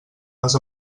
les